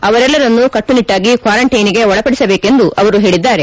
ಅವರೆಲ್ಲರನ್ನು ಕಟ್ಟುನಿಟ್ಟಾಗಿ ಕ್ವಾರಂಟೈನ್ಗೆ ಒಳಪಡಿಸಬೇಕೆಂದು ಅವರು ಹೇಳಿದ್ದಾರೆ